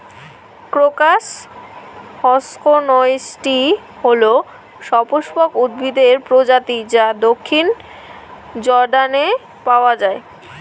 crocus হসকনেইচটি হল সপুষ্পক উদ্ভিদের প্রজাতি যা দক্ষিণ জর্ডানে পাওয়া য়ায়